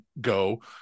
go